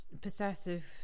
possessive